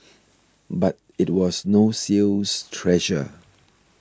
but it was no sales treasure